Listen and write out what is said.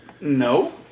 No